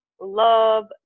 love